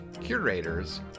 curators